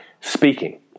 speaking